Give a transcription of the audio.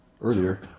earlier